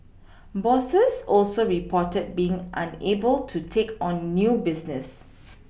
bosses also reported being unable to take on new business